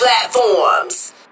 platforms